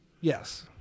Yes